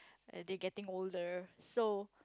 as they getting older so